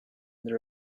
there